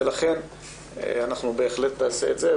לכן אנחנו בהחלט נעשה את זה,